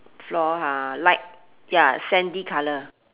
floor ha light ya sandy color